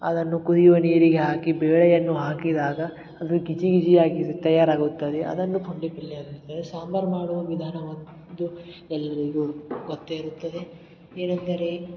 ಅದನ್ನು ಕುದಿಯುವ ನೀರಿಗೆ ಹಾಕಿ ಬೇಳೆಯನ್ನು ಹಾಕಿದಾಗ ಅದು ಗಿಜಿಗಿಜಿಯಾಗಿ ತಯಾರಾಗುತ್ತದೆ ಅದನ್ನು ಪುಂಡಿ ಪಲ್ಯ ಅಂದರೆ ಸಾಂಬಾರು ಮಾಡುವ ವಿಧಾನವನ್ನ ಇದು ಎಲ್ಲರಿಗೂ ಗೊತ್ತೇ ಇರುತ್ತದೆ ಏನಂದರೆ